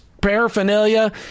paraphernalia